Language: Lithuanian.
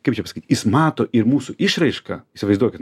kaip čia pasakyt jis mato ir mūsų išraišką įsivaizduokit